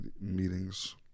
meetings